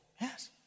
Yes